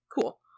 cool